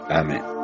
amen